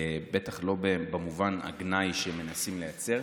בטח לא במובן הגנאי שמנסים לייצר,